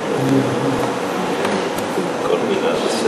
היום קיבלנו הצצה לאירוניה במיטבה: בבוקר נודע לנו על אירוע טרור